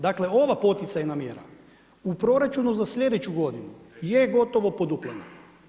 Dakle, ova poticajna mjera u proračunu za sljedeću godinu je gotovo poduplana.